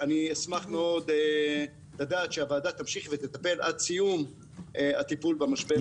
אשמח לדעת שהוועדה תמשיך לטפל עד סיום הטיפול במשבר.